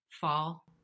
fall